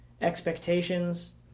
expectations